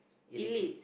elite